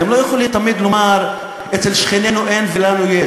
אתם לא יכולים תמיד לומר "אצל שכנינו אין ולנו יש",